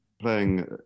playing